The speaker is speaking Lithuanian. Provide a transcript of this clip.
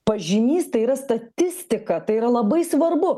pažymys tai yra statistika tai yra labai svarbu